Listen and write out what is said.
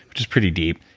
which is pretty deep.